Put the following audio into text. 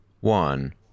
one